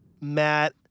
Matt